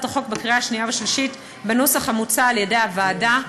החוק בקריאה שנייה ושלישית בנוסח המוצע על ידי הוועדה.